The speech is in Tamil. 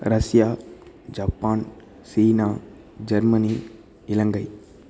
Russia Japan China Germany Ilangai